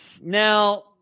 Now